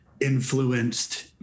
influenced